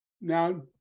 Now